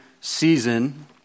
season